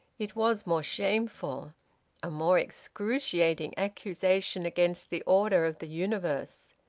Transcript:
it was more shameful a more excruciating accusation against the order of the universe.